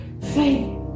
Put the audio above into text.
faith